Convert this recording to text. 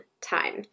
time